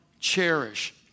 Cherish